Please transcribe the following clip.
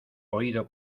oído